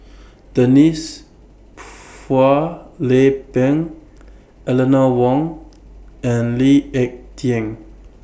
Denise Phua Lay Peng Eleanor Wong and Lee Ek Tieng